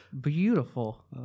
beautiful